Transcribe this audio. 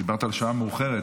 דיברת על שעה מאוחרת,